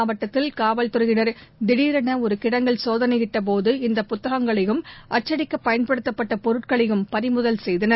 மாவட்டத்தில் காவல்துறையினர் திடரெனஒருகிடங்கில் சோதனையிட்டபோது மீரட் இந்தப் புத்தகங்களையும் அச்சடிக்கபயன்படுத்தப்பட்டபொருட்களையும் பறிமுதல் செய்தனர்